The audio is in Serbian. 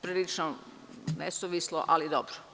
Prilično nesuvislo, ali dobro.